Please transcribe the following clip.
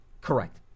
Correct